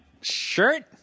shirt